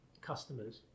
customers